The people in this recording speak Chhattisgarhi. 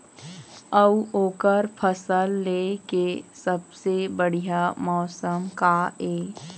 अऊ ओकर फसल लेय के सबसे बढ़िया मौसम का ये?